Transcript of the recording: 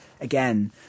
again